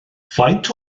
faint